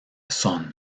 son